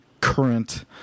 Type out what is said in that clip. current